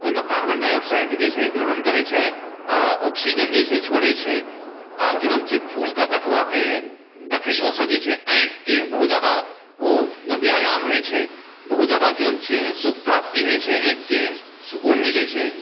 ओहिमे carbon dioxide जे छै ग्रहण करै छै आओर ऑक्सीजन जे छै छोड़ै छै आओर कि नाम छिए फूलके देखबाके देखैओसँ जे चाही आँखिके बहुत ज्यादा ओ व्यायाम होइ छै बहुत ज्यादा कि नाम छिए सुख प्राप्ति होइ छै आँखिके सुकून मिलै छै